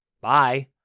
Bye